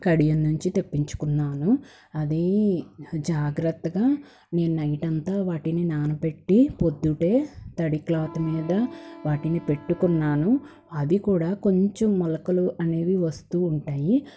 కడియం నుంచి తెప్పించుకున్నాను అదీ జాగ్రత్తగా నేను నైట్ అంతా వాటిని నానబెట్టి పొద్దునే తడి క్లాత్ మీద వాటిని పెట్టుకున్నాను అది కూడా కొంచెం మొలకలు అనేవి వస్తూ ఉంటాయి